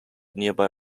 nearby